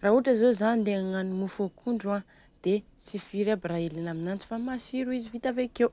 Raha ohatra zô Zao handeha agnano mofo akondro an dia tsy firy aby raha ilena aminanjy fa matsiro izy vita avekeo.